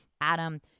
Adam